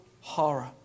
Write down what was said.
horror